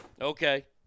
Okay